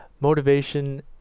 motivation